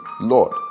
Lord